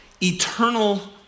eternal